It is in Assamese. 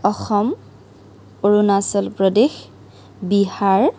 অসম অৰুণাচল প্ৰদেশ বিহাৰ